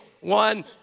one